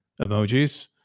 emojis